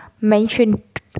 mentioned